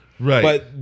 Right